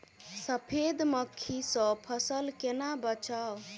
सफेद मक्खी सँ फसल केना बचाऊ?